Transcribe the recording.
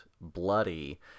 bloody